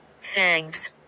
thanks